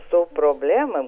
su problemom